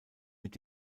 mit